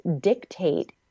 dictate